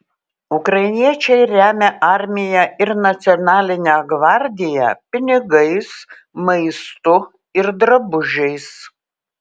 ukrainiečiai remia armiją ir nacionalinę gvardiją pinigais maistu ir drabužiais